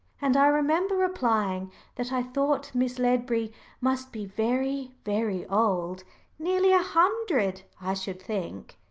and i remember replying that i thought miss ledbury must be very, very old nearly a hundred, i should think.